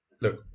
look